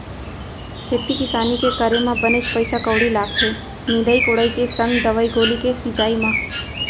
खेती किसानी के करे म बनेच पइसा कउड़ी लागथे निंदई कोड़ई के संग दवई गोली के छिंचाई म